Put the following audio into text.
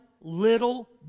little